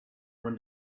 when